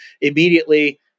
immediately